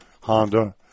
Honda